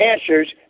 answers